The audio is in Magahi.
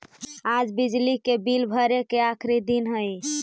आज बिजली के बिल भरे के आखिरी दिन हई